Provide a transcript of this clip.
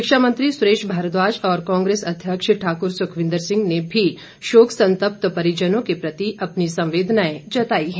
शिक्षा मंत्री सुरेश भारद्वाज और कांग्रेस अध्यक्ष ठाकुर सुखविंद्र सिंह ने भी शोक संत्पत परिजनों के प्रति अपनी संवेदनाएं जताई हैं